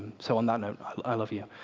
so on that note, i love you.